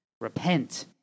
repent